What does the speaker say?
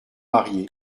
mariés